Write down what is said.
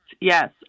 Yes